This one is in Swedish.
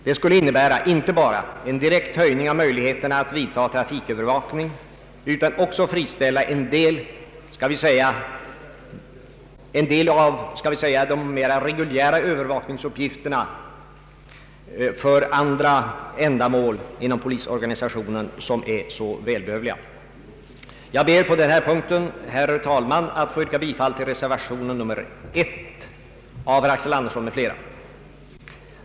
Det skulle innebära inte bara en direkt ökning av möjligheterna att vidta trafikövervakning utan också friställa en del av, skall vi säga, de mera reguljära övervakningsuppgifterna för andra ändamål inom polisorganisationen som är så välbehövliga. Jag ber, herr talman, att få yrka bifall till reservationen av herr Axel Andersson m.fl.